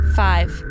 five